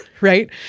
right